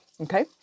okay